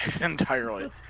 Entirely